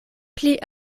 pli